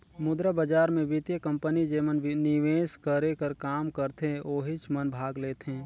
मुद्रा बजार मे बित्तीय कंपनी जेमन निवेस करे कर काम करथे ओहिच मन भाग लेथें